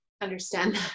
understand